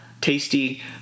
tasty